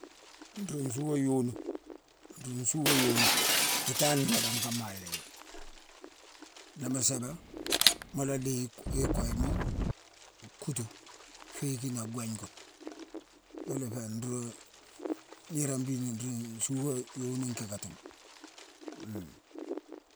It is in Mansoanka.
Nruu nsua yonu, nruu nsua yonu, itangne gnoodane kane maala yi dé. Ni mu séébé, mu la déye i-i-koyema kuutu, féékine a gwégne gune. Yuna ifé ruu-niirone mbiina ruu nsua yoni nkikatima. Hum.